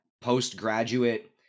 postgraduate